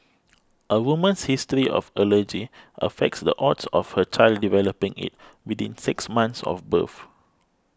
a woman's history of allergy affects the odds of her child developing it within six months of birth